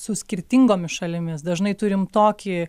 su skirtingomis šalimis dažnai turim tokį